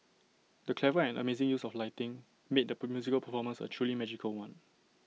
the clever and amazing use of lighting made the musical performance A truly magical one